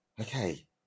okay